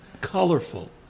colorful